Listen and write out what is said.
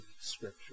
Scripture